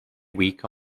week